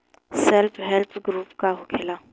Self help group का होखेला?